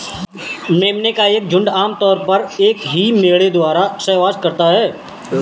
मेमने का एक झुंड आम तौर पर एक ही मेढ़े द्वारा सहवास करता है